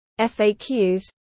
FAQs